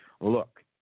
look